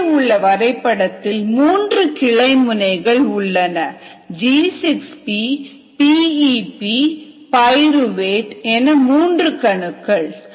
மேலே உள்ள வரைபடத்தில் 3 கிளை முனைகள் உள்ளன G6P PEP பயிறுவேட் என 3 கணுக்கள்